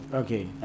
okay